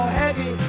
heavy